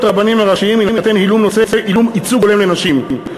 הרבנים הראשיים יינתן ייצוג הולם לנשים.